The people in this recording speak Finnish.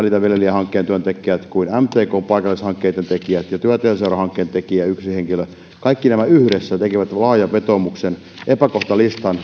hankkeen työntekijät kuin mtkn paikallishankkeitten työntekijät ja työtehoseuran hankkeen työntekijä yksi henkilö kaikki nämä yhdessä tekivät laajan vetoomuksen epäkohtalistan